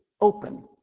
open